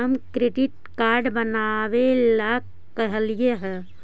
हम credit card बनावे ला कहलिऐ हे?